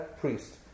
priest